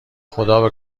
خدابه